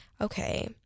okay